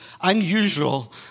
unusual